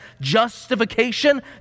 justification